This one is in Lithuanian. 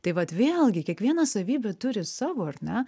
tai vat vėlgi kiekvieną savybę turi savo ar ne